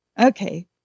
okay